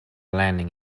landing